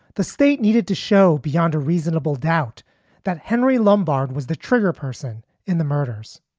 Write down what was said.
the state needed to show beyond a reasonable doubt that henry lombard was the trigger person in the murders.